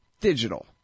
digital